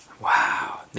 Wow